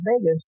Vegas